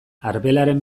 arbelaren